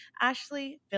Ashley